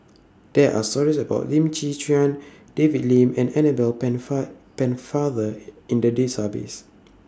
There Are stories about Lim Chwee Chian David Lim and Annabel Pennefather in The Database